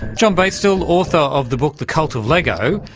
john baichtal, author of the book the cult of lego,